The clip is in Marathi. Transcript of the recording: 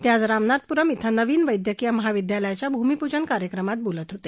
ते आज रामनाथपुरम श्वे नवीन वैद्यकीय महाविद्यालयाच्या भूमीपूजन कार्यक्रमात बोलत होते